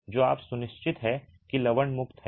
तो आप सुनिश्चित हैं कि यह लवण मुक्त है